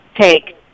take